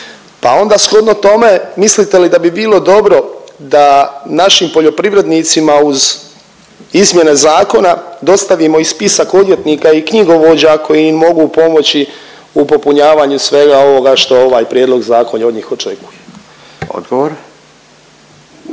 Pa onda shodno tome mislite li da bi bilo dobro da našim poljoprivrednicima uz izmjene zakona dostavimo i spisak odvjetnika i knjigovođa koji im mogu pomoći u popunjavanju svega ovoga što ovaj prijedloga zakona od njih očekuje? **Radin,